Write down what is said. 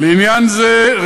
לעניין זה,